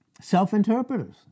Self-interpreters